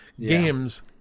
games